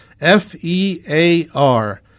F-E-A-R